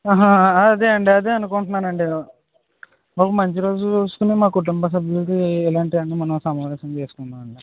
అహా అదే అండి అదే అనుకుంటున్నాను నండి నేను ఒక్ మంచి రోజు చూసుకొని మా కుటుంబ సభ్యులతో ఇలాంటివి అన్ని మనం సమావేశం చేసుకుందాం అండి